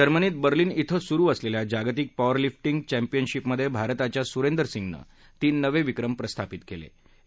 जर्मनीत बर्लिन धिं सुरू असलेल्या जागतिक पॉवरलिफ्टिंग चस्पियनशिपमधे भारताच्या सुरेंदर सिंगने तीन नवे विक्रम प्रस्थापित केले आहेत